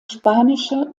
spanische